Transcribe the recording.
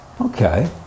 Okay